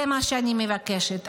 זה מה שאני מבקשת.